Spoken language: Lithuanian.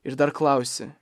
ir dar klausi